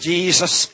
Jesus